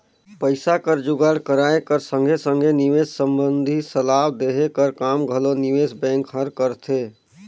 पइसा कर जुगाड़ कराए कर संघे संघे निवेस संबंधी सलाव देहे कर काम घलो निवेस बेंक हर करथे